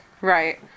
right